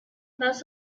most